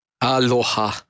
Aloha